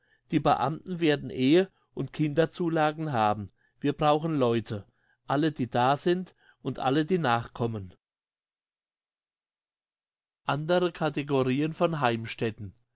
die beamten werden ehe und kinderzulagen haben wir brauchen leute alle die da sind und alle die nachkommen andere kategorien